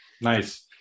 Nice